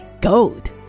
gold